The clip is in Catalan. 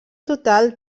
total